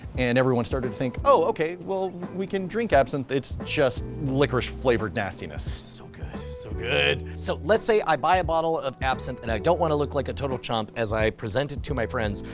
and everyone started to think, oh, okay, well, we can drink absinthe, it's just licorice-flavored nastiness. so good, so good. so, let's say i buy a bottle of absinthe and i don't want to look like a total chump as i present it to my friends,